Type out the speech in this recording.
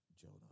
Jonah